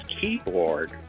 keyboard